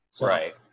Right